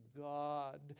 God